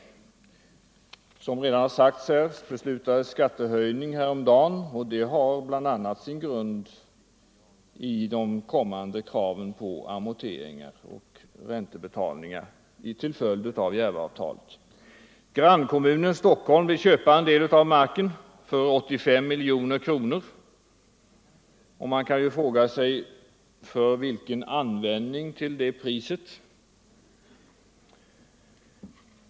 Som redan har sagts här beslutades häromdagen om skattehöjning, och den har bl.a. sin grund i de kommande kraven på amorteringar och räntebetalningar till följd av Järvaavtalet. Grannkommunen Stockholm vill köpa en del av marken för 85 miljoner kronor, och man kan ställa frågan: För vilken användning till det priset?